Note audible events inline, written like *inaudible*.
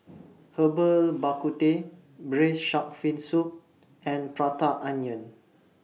*noise* Herbal Bak Ku Teh Braised Shark Fin Soup and Prata Onion